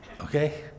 okay